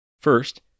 First